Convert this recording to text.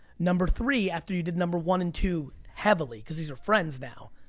number three, after you did number one and two heavily, cause these are friends now,